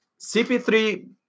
CP3